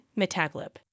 metaglip